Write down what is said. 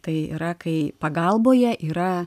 tai yra kai pagalboje yra